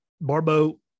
Barbo